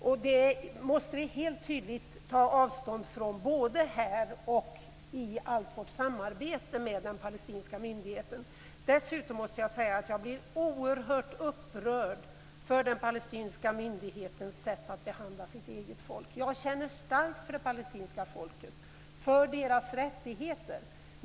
Vi måste tydligt ta avstånd från detta, både här och i allt vårt samarbete med den palestinska myndigheten. Dessutom måste jag säga att jag blir oerhört upprörd över den palestinska myndighetens sätt att behandla sitt eget folk. Jag känner starkt för det palestinska folket och för deras rättigheter.